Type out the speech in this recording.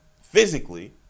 physically